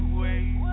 wait